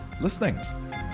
listening